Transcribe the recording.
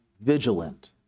vigilant